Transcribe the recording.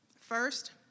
First